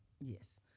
Yes